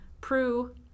Prue